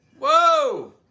whoa